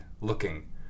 looking